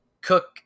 Cook